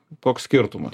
koks skirtumas